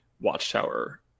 watchtower